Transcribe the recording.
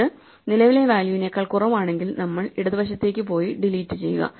ഇത് നിലവിലെ വാല്യൂവിനേക്കാൾ കുറവാണെങ്കിൽ നമ്മൾ ഇടതുവശത്തേക്ക് പോയി ഡിലീറ്റ് ചെയ്യുക